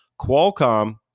Qualcomm